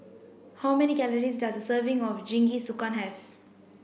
how many calories does a serving of Jingisukan have